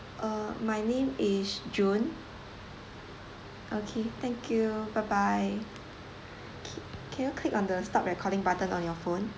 uh my name is jun okay thank you bye bye can you click on stop recording button on your phone